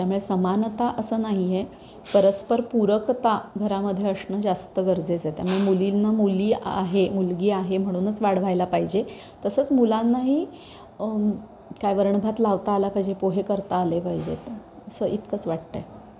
त्यामुळे समानता असं नाही आहे परस्पर पूरकता घरामध्ये असणं जास्त गरजेचं आहे त्यामुळे मुलींना मुली आहे मुलगी आहे म्हणूनच वाढवायला पाहिजे तसंच मुलांनाही काय वरण भात लावता आला पाहिजे पोहे करता आले पाहिजेत असं इतकंच वाटतंय आहे